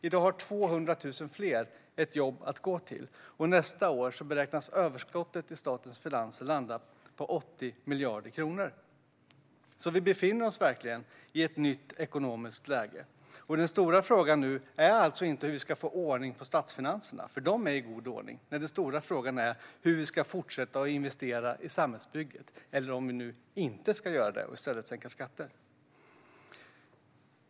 I dag har 200 000 fler ett jobb att gå till, och nästa år beräknas överskottet i statens finanser landa på 80 miljarder kronor. Vi befinner oss verkligen i ett nytt ekonomiskt läge. Den stora frågan är nu inte hur vi ska få ordning på statsfinanserna - de är i god ordning - utan den stora frågan är hur vi ska fortsätta att investera i samhällsbygget, eller om vi inte ska göra det och i stället sänka skatter.